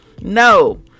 No